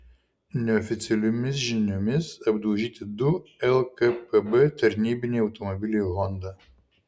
neoficialiomis žiniomis apdaužyti du lkpb tarnybiniai automobiliai honda